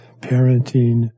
parenting